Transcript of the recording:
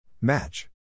Match